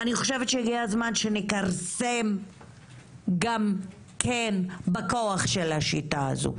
אני חושבת שהגיע הזמן שנכרסם גם אנחנו בכוח של השיטה הזו,